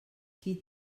qui